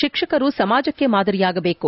ಶಿಕ್ಷಕರು ಸಮಾದಕ್ಕೆ ಮಾದರಿಯಾಗಬೇಕು